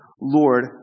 Lord